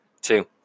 Two